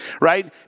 right